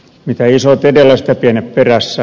mitä isot edellä sitä pienet perässä